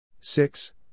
six